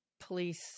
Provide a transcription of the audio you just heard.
police